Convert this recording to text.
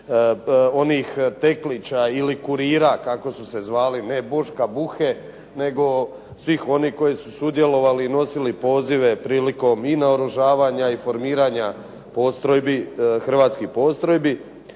Onih teklića ili kurira, kako su se zvali, ne Boška Buhe nego svih onih koji su sudjelovali, nosili pozive prilikom i naoružavanja i formiranja postrojbi,